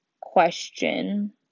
question